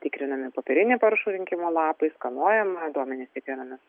tikrinami popieriniai parašų rinkimo lapai skanuojama duomenys tikrinami